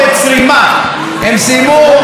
אנחנו סיימנו,